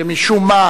שמשום מה